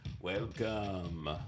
welcome